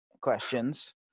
questions